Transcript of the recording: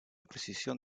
precisión